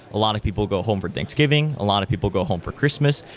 a lot of people go home for thanksgiving. a lot of people go home for christmas,